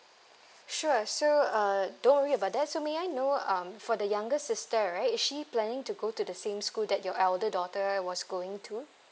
sure so uh don't worry about that so may I know um for the younger sister right is she planning to go to the same school that your elder daughter was going to